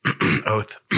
Oath